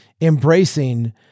embracing